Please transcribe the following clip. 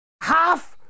Half